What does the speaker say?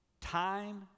time